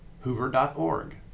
hoover.org